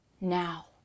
now